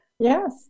Yes